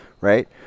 right